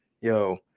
Yo